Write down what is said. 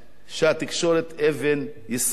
שהתקשורת היא אבן יסוד בה,